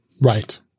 Right